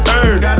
earn